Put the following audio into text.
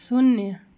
शून्य